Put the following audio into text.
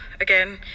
again